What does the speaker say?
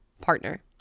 partner